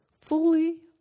fully